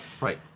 right